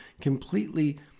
completely